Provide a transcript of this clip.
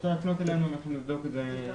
אפשר להפנות אלינו ואנחנו נבדוק את זה.